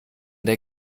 der